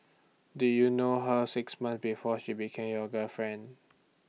did you know her six months before she became your girlfriend